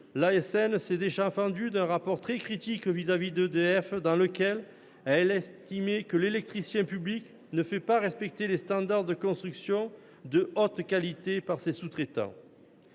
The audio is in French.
L’ASN s’est déjà fendue d’un rapport très critique vis à vis d’EDF dans lequel elle a estimé que l’électricien public ne fait pas respecter les standards de construction de « haute qualité » par ses sous traitants.